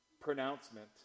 pronouncement